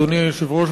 אדוני היושב-ראש,